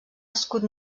escut